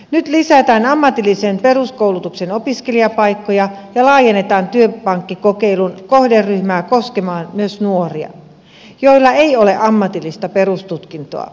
nyt lisätään ammatillisen peruskoulutuksen opiskelijapaikkoja ja laajennetaan työpankkikokeilun kohderyhmää koskemaan myös nuoria joilla ei ole ammatillista perustutkintoa